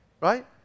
right